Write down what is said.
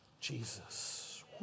Jesus